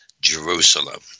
Jerusalem